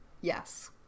Yes